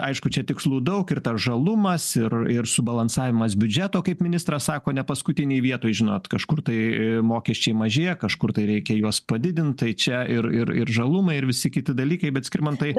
aišku čia tikslų daug ir žalumas ir ir subalansavimas biudžeto kaip ministras sako nepaskutinėj vietoj žinot kažkur tai mokesčiai mažėja kažkur tai reikia juos padidint tai čia ir ir ir žalumai ir visi kiti dalykai bet skirmantai